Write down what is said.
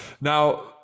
now